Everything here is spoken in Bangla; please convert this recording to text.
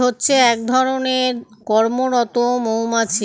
পাড়া শ্রমিক মৌমাছি হচ্ছে এক ধরণের কর্মরত মৌমাছি